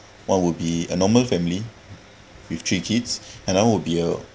one would be a normal family with three kids another would be a